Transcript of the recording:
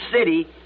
city